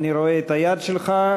אני רואה את היד שלך.